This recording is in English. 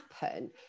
happen